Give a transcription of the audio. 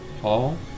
Paul